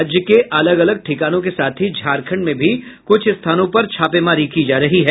राज्य के अलग अलग ठिकानों के साथ ही झारखंड में भी कुछ स्थानों पर छापेमारी की जा रही है